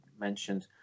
mentioned